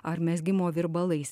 ar mezgimo virbalais